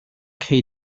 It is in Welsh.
cei